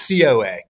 COA